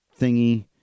thingy